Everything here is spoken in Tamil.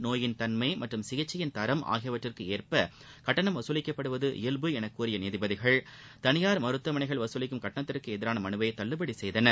நோயின் தன்மை மற்றும் சிகிச்சையின் தரம் ஆகியவற்றிற்கு ஏற்ப கட்டணம் வசூலிக்கப்படுவது இயல்பு என கூறிய நீதிபதிகள் தனியார் மருத்துவமனைகள் வசூலிக்கும் கட்டணத்திற்கு எதிரான மனுவை தள்ளுபடி செய்தனர்